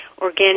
organic